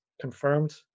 confirmed